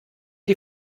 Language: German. die